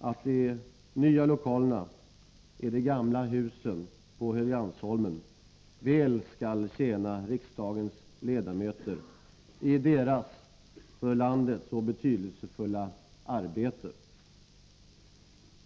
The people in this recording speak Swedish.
att de nya lokalerna i de gamla husen på Helgeandsholmen väl skall tjäna riksdagens ledamöter i deras för landet så betydelsefulla arbete.